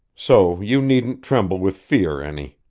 so you needn't tremble with fear any.